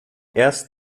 erst